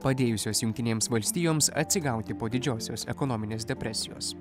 padėjusios jungtinėms valstijoms atsigauti po didžiosios ekonominės depresijos